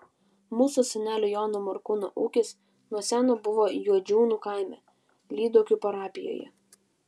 mūsų senelio jono morkūno ūkis nuo seno buvo juodžiūnų kaime lyduokių parapijoje